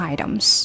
Items